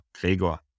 Gregor